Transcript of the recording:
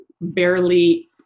barely